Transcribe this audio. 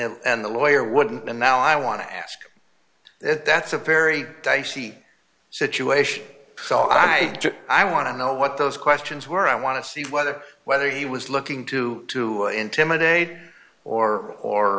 the lawyer wouldn't and now i want to ask it that's a very dicey situation so i just i want to know what those questions were i want to see whether whether he was looking to to intimidate or or